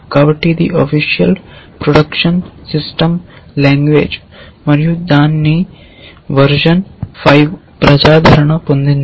కాబట్టి ఇది official production system language మరియు దాని వెర్షన్ 5 ప్రజాదరణ పొందింది